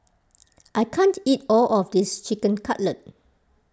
I can't eat all of this Chicken Cutlet